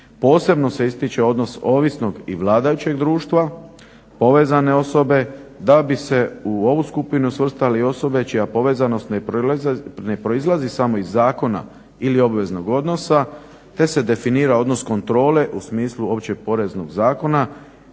Posebno se ističe odnos ovisnog i vladajućeg društva, povezane osobe, da bi se u ovu skupinu svrstale i osobe čija povezanost ne proizlazi samo iz zakona ili obveznog odnosa, te se definira odnos kontrole u smislu Općeg poreznog zakona.